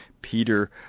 Peter